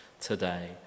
today